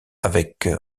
avec